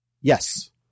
yes